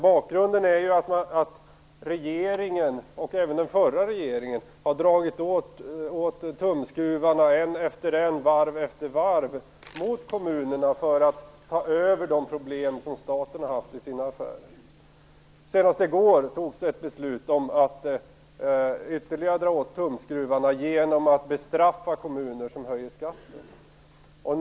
Bakgrunden är att regeringen, och även den förra regeringen, har dragit åt tumskruvarna - en efter en, varv efter varv - mot kommunerna för att de skall ta över de problem som staten haft i sina affärer. Senast i går fattades ett beslut om att ytterligare dra åt tumskruvarna genom att bestraffa kommuner som höjer skatten.